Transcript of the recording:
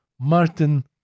Martin